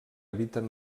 habiten